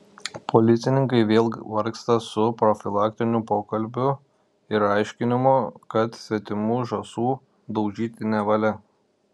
policininkai vėl vargsta su profilaktiniu pokalbiu ir aiškinimu kad svetimų žąsų daužyti nevalia